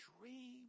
dream